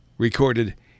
Recorded